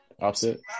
opposite